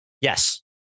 Yes